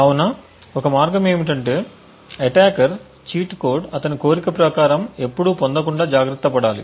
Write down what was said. కాబట్టి ఒక మార్గం ఏమిటంటే అటాకర్ చీట్ కోడ్ అతని కోరిక ప్రకారం ఎప్పుడూ పొందకుండా జాగ్రత్త పడాలి